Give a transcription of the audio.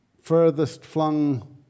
furthest-flung